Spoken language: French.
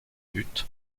but